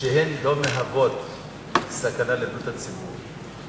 שהן לא מהוות סכנה לבריאות הציבור,